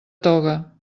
toga